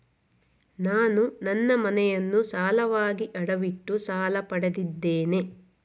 ನಾನು ನನ್ನ ಮನೆಯನ್ನು ಸಾಲವಾಗಿ ಅಡವಿಟ್ಟು ಸಾಲ ಪಡೆದಿದ್ದೇನೆ